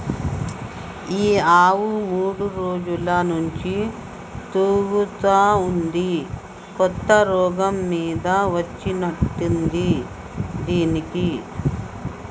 ఈ ఆవు మూడు రోజుల నుంచి తూగుతా ఉంది కొత్త రోగం మీద వచ్చినట్టుంది దీనికి